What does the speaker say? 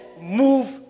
move